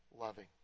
loving